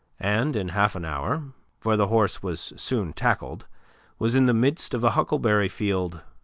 and in half an hour for the horse was soon tackled was in the midst of a huckleberry field,